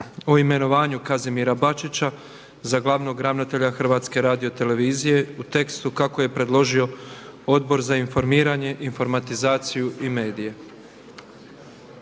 o imenovanju Kazimira Bačića za glavnog ravnatelja HRT-a u tekstu kako je predložio Odbor za informiranje, informatizaciju i medije.